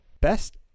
Best